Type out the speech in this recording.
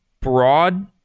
broad